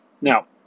Now